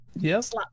Yes